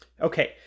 Okay